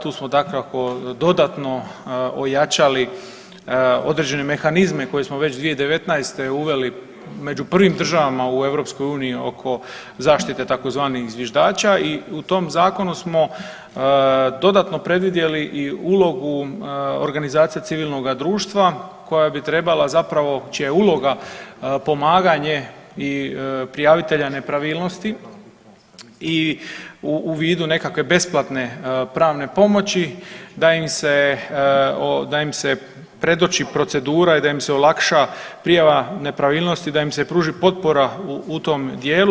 Tu smo dakako dodatno ojačali određene mehanizme koje smo već 2019. uveli među prvim državama u EU oko zaštite tzv. zviždača i u tom zakonu smo dodatno predvidjeli i ulogu organizacija civilnoga društva koja bi trebala zapravo, čija je uloga pomaganje i prijavitelja nepravilnosti i u vidu nekakve besplatne pravne pomoći da im se, da im se predoči procedura i da im se olakša prijava nepravilnosti, da im se pruži potpora u tom dijelu.